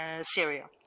Syria